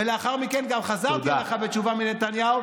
ולאחר מכן גם חזרתי אליך עם תשובה מנתניהו,